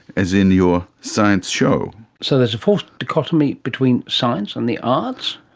as in your science show. so there's a false dichotomy between science and the arts?